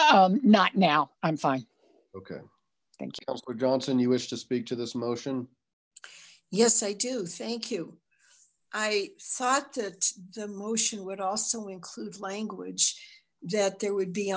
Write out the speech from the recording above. not now i'm fine okay thank you johnson you wish to speak to this motion yes i do thank you i thought that the motion would also include language that there would be